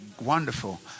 Wonderful